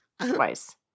Twice